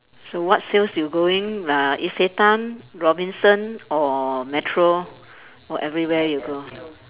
so what sales you going uh Isetan Robinson or Metro or everywhere you go